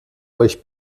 euch